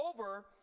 over